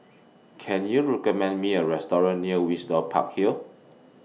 Can YOU recommend Me A Restaurant near Windsor Park Hill